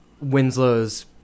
Winslow's